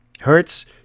Hertz